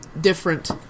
different